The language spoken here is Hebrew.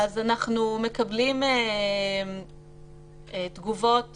אנחנו מקבלים תגובות